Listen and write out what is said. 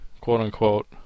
quote-unquote